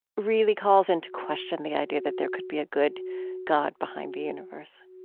really calls into question the idea that there could be a good god behind the universe?